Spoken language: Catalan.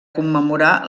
commemorar